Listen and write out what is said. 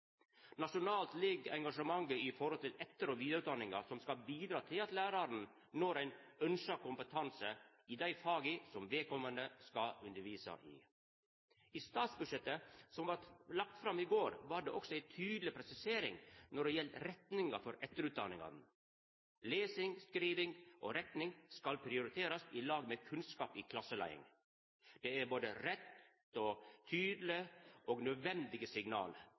Nasjonalt ligg ansvaret på etter- og vidareutdanninga, som skal bidra til at lærarane når ein ønskt kompetanse i dei faga som vedkommande skal undervisa i. I statsbudsjettet, som vart lagt fram i går, var det også ei tydeleg presisering av retninga på etterutdanningane. Lesing, skriving og rekning skal prioriterast i lag med kunnskap i klasseleiing. Dette er både rette, tydelege og nødvendige signal.